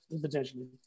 potentially